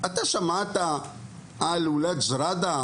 אתה שמעת על ג'ראדה?